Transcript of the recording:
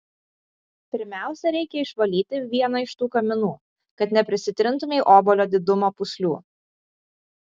pirmiausia reikia išvalyti vieną iš tų kaminų kad neprisitrintumei obuolio didumo pūslių